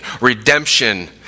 redemption